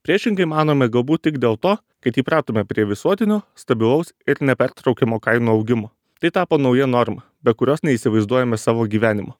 priešingai manome galbūt tik dėl to kad įpratome prie visuotinio stabilaus ir nepertraukiamo kainų augimo tai tapo nauja norma be kurios neįsivaizduojame savo gyvenimo